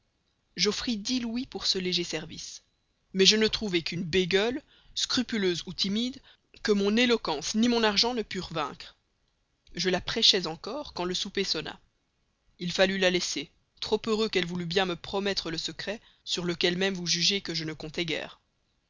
j'offris dix louis pour ce léger service mais je ne trouvai qu'une bégueule scrupuleuse ou timide que mon éloquence ni mon argent ne purent vaincre je la prêchais encore quand le souper sonna il fallut la laisser trop heureux qu'elle voulût bien me promettre le secret sur lequel même vous jugez que je ne comptais guère